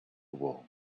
wool